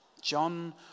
John